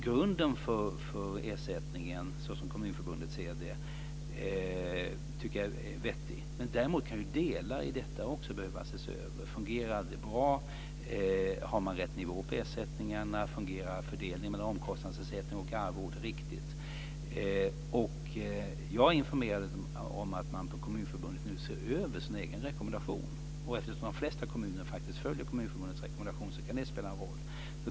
Grunden för ersättningen, såsom Kommunförbundet ser det, är vettig. Däremot kan delar i detta också behöva ses över. Fungerar detta bra? Är det rätt nivå på ersättningarna? Fungerar fördelningen mellan omkostnadsersättning och arvoden riktigt? Jag är informerad om att man på Kommunförbundet nu ser över sin egen rekommendation. Eftersom de flesta kommuner faktiskt följer Kommunförbundets rekommendation kan det spela en roll.